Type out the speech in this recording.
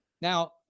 Now